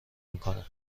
میکنه